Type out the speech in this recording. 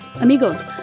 Amigos